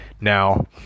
now